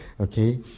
okay